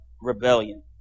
rebellion